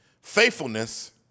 faithfulness